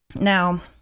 Now